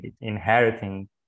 inheriting